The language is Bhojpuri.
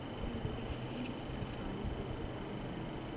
ई लोन ई.एम.आई कईसे काम करेला?